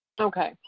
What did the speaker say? Okay